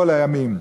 כל הימים".